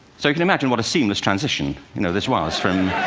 so you can imagine what a seamless transition you know this was.